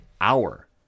hour